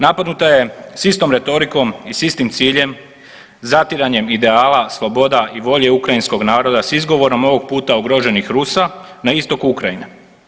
Napadnuta je s istom retorikom i s istim ciljem, zatiranjem ideala, sloboda i volje ukrajinskog naroda s izgovorom, ovog puta ugroženih Rusa na istoku Ukrajine.